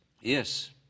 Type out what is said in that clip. Yes